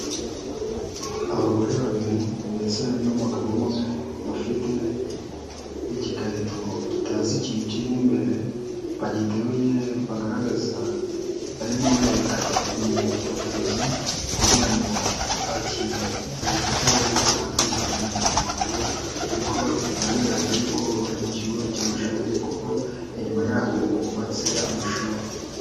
Abagore babiri ndetse n'umugabo umwe, bafite igikarito tutazi ikintu kiririmo imbere, bagiteruye bagaragaza barimo bereka umufotozi kugira ngo agifotore, natwe tubone amakuru, ariko bikaba bigaragara yuko bari mu kigo cy'amashuri kuko inyuma yabo hubatse amashuri.